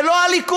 זה לא הליכוד,